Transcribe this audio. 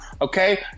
okay